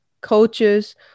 coaches